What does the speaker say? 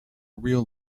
real